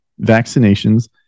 vaccinations